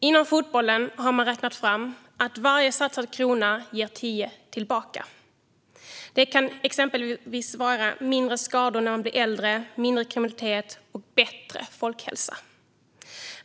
Inom fotbollen har man räknat fram att varje satsad krona ger tio tillbaka. Det kan exempelvis handla om färre skador när man blir äldre, mindre kriminalitet och bättre folkhälsa.